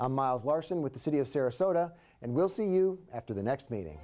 miles larsen with the city of sarasota and we'll see you after the next meeting